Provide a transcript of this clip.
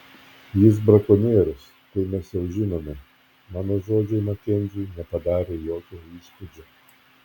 jis brakonierius tai mes jau žinome mano žodžiai makenziui nepadarė jokio įspūdžio